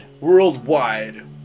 worldwide